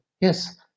yes